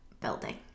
building